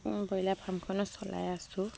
broiler ফাৰ্মখনো চলাই আছোঁ